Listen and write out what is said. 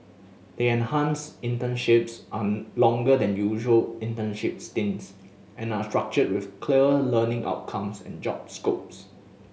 the enhanced internships are longer than usual internship stints and are structured with clear learning outcomes and job scopes